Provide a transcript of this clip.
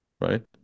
right